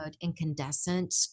incandescent